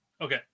Okay